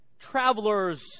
Travelers